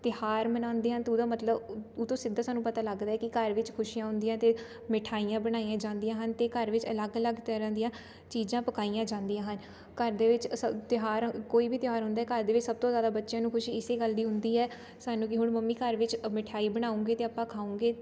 ਤਿਉਹਾਰ ਮਨਾਉਂਦੇ ਹਾਂ ਤਾਂ ਦਾ ਮਤਲਬ ਉਹ ਤੋਂ ਸਿੱਧਾ ਸਾਨੂੰ ਪਤਾ ਲੱਗਦਾ ਕਿ ਘਰ ਵਿੱਚ ਖੁਸ਼ੀਆਂ ਹੁੰਦੀਆਂ ਅਤੇ ਮਿਠਾਈਆਂ ਬਣਾਈਆਂ ਜਾਂਦੀਆਂ ਹਨ ਅਤੇ ਘਰ ਵਿੱਚ ਅਲੱਗ ਅਲੱਗ ਤਰ੍ਹਾਂ ਦੀਆਂ ਚੀਜ਼ਾਂ ਪਕਾਈਆਂ ਜਾਂਦੀਆਂ ਹਨ ਘਰ ਦੇ ਵਿੱਚ ਅ ਸ ਤਿਉਹਾਰ ਕੋਈ ਵੀ ਤਿਉਹਾਰ ਹੁੰਦਾ ਘਰ ਦੇ ਵਿੱਚ ਸਭ ਤੋਂ ਜ਼ਿਆਦਾ ਬੱਚਿਆਂ ਨੂੰ ਖੁਸ਼ੀ ਇਸ ਗੱਲ ਦੀ ਹੁੰਦੀ ਹੈ ਸਾਨੂੰ ਕਿ ਹੁਣ ਮੰਮੀ ਘਰ ਵਿੱਚ ਅ ਮਿਠਾਈ ਬਣਾਊਂਗੇ ਅਤੇ ਆਪਾਂ ਖਾਊਂਗੇ